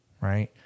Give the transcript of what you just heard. right